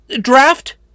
draft